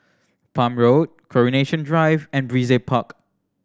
Palm Road Coronation Drive and Brizay Park